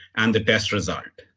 and the test result.